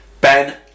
Ben